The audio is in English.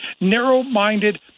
narrow-minded